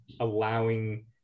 allowing